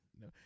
No